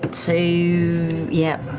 to yep,